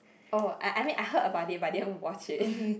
oh I I mean I heard about it but I didn't watch it